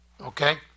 okay